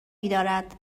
میدارد